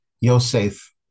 Yosef